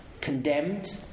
condemned